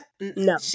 No